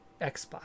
Xbox